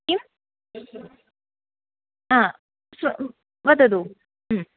किम् श्रुतं वदतु